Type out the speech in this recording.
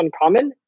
uncommon